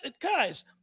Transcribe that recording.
guys